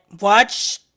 watch